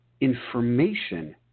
information